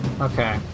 Okay